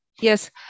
Yes